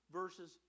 verses